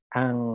ang